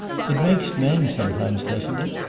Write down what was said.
it makes men, some times, doesn't it?